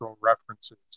references